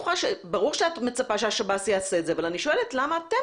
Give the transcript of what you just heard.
ברור שאת מצפה שהשב"ס יעשה את זה אבל אני שואלת למה אתם